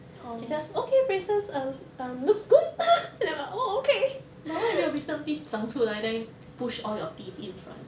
orh but what if your wisdom teeth 长出来 then push all your teeth in front